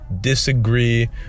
disagree